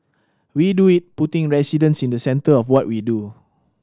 we do it putting residents in the centre of what we do